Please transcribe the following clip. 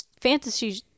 fantasy